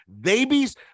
Babies